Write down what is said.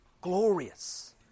glorious